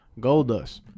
Goldust